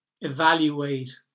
evaluate